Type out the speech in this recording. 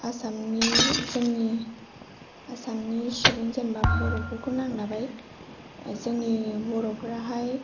आसामनि जोंनि आसामनि सुबुं जेन'बा बर'फोरखौनो आं लाबाय जोंनि बर' फोराहाय